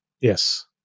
Yes